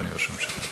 אדוני ראש הממשלה.